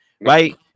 right